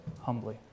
humbly